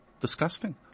disgusting